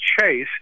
Chase